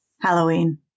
Halloween